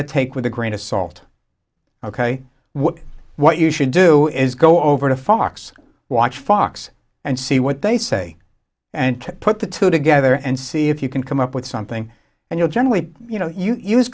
to take with a grain of salt ok what what you should do is go over to fox watch fox and see what they say and put the two together and see if you can come up with something and you'll generally you know